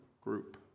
group